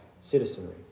citizenry